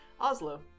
oslo